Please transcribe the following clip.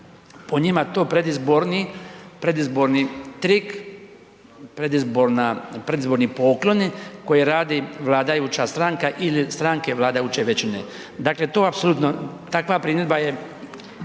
to predizborni, predizborni trik, predizborni pokloni koji radi vladajuća stranka ili strane vladajuće većine. Dakle, to apsolutno, takva primjedba je